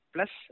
Plus